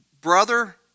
Brother